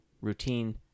routine